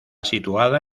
situada